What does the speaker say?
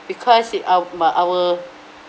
because it uh about our